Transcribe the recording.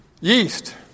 Yeast